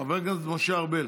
חבר הכנסת משה ארבל